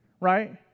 right